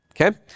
Okay